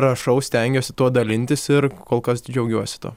rašau stengiuosi tuo dalintis ir kol kas džiaugiuosi tuo